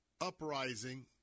uprising